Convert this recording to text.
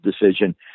decision